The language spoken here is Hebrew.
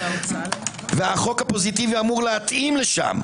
והחוק הפוזיטיבי אמור להתאים לשם.